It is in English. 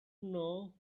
know